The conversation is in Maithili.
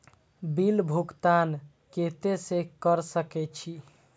बिल भुगतान केते से कर सके छी?